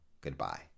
Goodbye